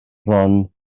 bron